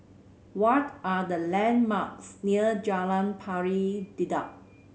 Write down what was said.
what are the landmarks near Jalan Pari Dedap